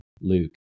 Luke